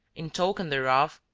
in token thereof,